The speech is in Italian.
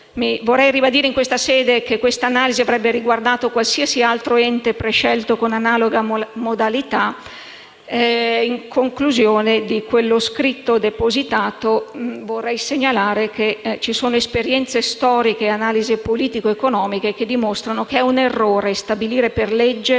E ribadisco in questa sede che l'analisi fatta avrebbe riguardato qualsiasi altro ente prescelto con analoga modalità. In conclusione, vorrei segnalare che ci sono esperienze storiche e analisi politico-economiche che dimostrano che è un errore stabilire per legge